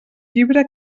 llibre